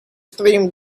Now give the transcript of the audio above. streamed